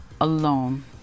alone